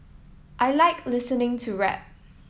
I like listening to rap